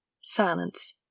silence